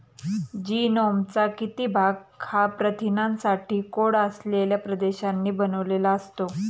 जीनोमचा किती भाग हा प्रथिनांसाठी कोड असलेल्या प्रदेशांनी बनलेला असतो?